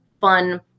fun